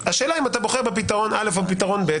השאלה אם אתה בוחר בפתרון א' או בפתרון ב',